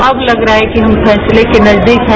अब लग रहा है कि हम फैसले के नजदीक हैं